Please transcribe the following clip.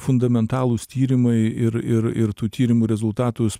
fundamentalūs tyrimai ir ir ir tų tyrimų rezultatus